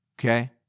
Okay